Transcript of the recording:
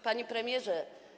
Panie Premierze!